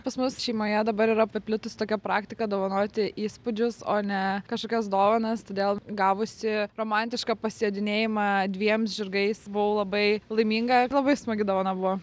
pas mus šeimoje dabar yra paplitusi tokia praktika dovanoti įspūdžius o ne kažkokias dovanas todėl gavusi romantišką pasijodinėjimą dviems žirgais buvau labai laiminga ir labai smagi dovana buvo